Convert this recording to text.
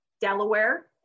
Delaware